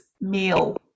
meal